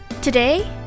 Today